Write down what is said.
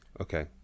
Okay